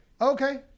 Okay